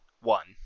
one